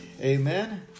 Amen